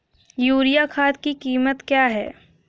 Urea खाद की कीमत क्या है?